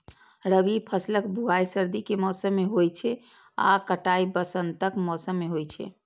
रबी फसलक बुआइ सर्दी के मौसम मे होइ छै आ कटाइ वसंतक मौसम मे होइ छै